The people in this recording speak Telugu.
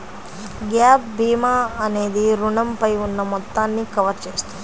గ్యాప్ భీమా అనేది రుణంపై ఉన్న మొత్తాన్ని కవర్ చేస్తుంది